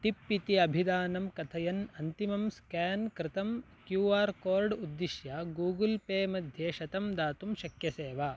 tip इति अभिदानं कथयन् अन्तिमं स्केन् कृतं क्यू आर् कोर्ड् उद्दिश्य गूगुल् पे मध्ये शतं दातुं शक्यसे वा